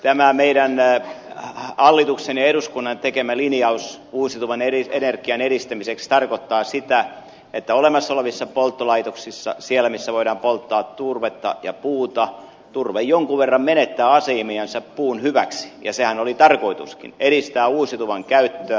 tämä meidän hallituksen ja eduskunnan tekemä linjaus uusiutuvan energian edistämiseksi tarkoittaa sitä että olemassa olevissa polttolaitoksissa siellä missä voidaan polttaa turvetta ja puuta turve jonkun verran menettää asemiansa puun hyväksi ja sehän oli tarkoituskin edistää uusiutuvan käyttöä